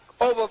Over